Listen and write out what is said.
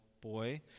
boy